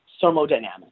thermodynamics